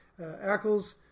Ackles